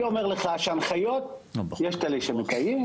אני אומר לך שהנחיות יש כאלה שמתקיימים,